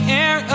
air